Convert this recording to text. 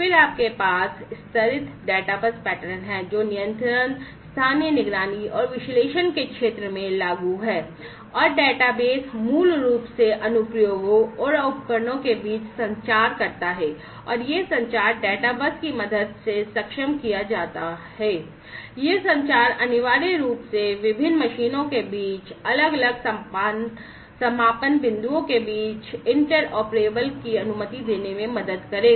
फिर आपके पास स्तरित डेटा बस पैटर्न है जो नियंत्रण स्थानीय निगरानी और विश्लेषण के क्षेत्र में लागू है और डेटाबेस की अनुमति देने में मदद करेगा